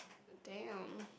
damn